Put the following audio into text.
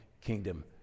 kingdom